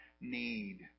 need